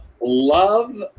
Love